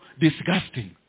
disgusting